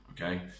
okay